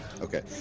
Okay